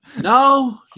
No